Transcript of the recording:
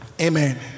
Amen